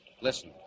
Listen